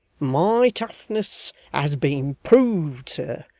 my toughness has been proved, sir,